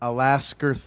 Alaska